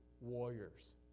warriors